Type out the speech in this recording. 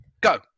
Go